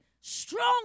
strong